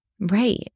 Right